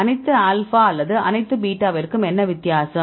அனைத்து ஆல்பா அல்லது அனைத்து பீட்டாவிற்கும் என்ன வித்தியாசம்